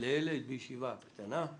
לילד בישיבה קטנה,